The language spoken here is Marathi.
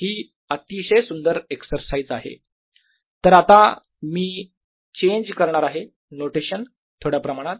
हि अतिशय सुंदर एक्झरसाइज आहे तर आता मी चेंज करणार आहे नोटेशन थोड्या प्रमाणात